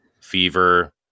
Fever